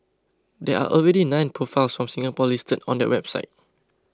there are already nine profiles from Singapore listed on that website